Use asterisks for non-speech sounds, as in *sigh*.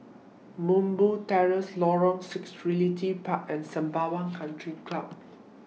*unintelligible* Terrace Lorong six Realty Park and Sembawang Country Club